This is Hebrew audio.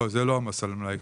לא, זה לא המס על מלאי.